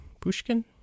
Pushkin